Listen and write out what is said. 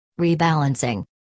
rebalancing